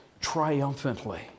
triumphantly